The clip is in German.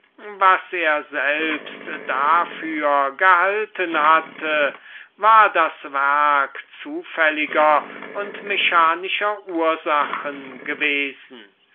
was er selbst dafür gehalten hatte war das werk zufälliger und mechanischer ursachen gewesen